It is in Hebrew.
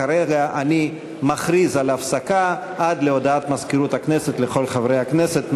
כרגע אני מכריז על הפסקה עד להודעת מזכירות הכנסת לכל חברי הכנסת.